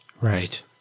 Right